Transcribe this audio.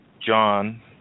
John